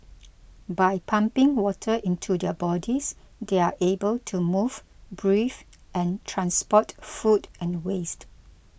by pumping water into their bodies they are able to move breathe and transport food and waste